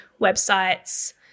websites